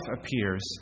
appears